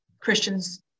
Christians